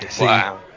wow